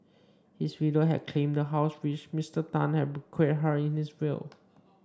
his widow had claimed the house which Mister Tan had bequeathed her in his will